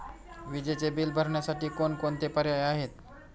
विजेचे बिल भरण्यासाठी कोणकोणते पर्याय आहेत?